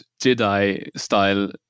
Jedi-style